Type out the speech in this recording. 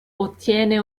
ottiene